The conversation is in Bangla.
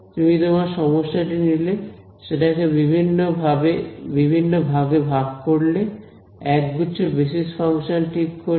তুমি তোমার সমস্যা টি নিলে সেটাকে বিভিন্ন ভাগে ভাগ করলে একগুচ্ছ বেসিস ফাংশন ঠিক করলে